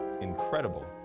incredible